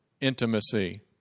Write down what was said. intimacy